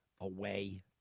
away